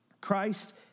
Christ